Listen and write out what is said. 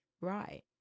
right